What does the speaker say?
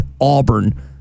Auburn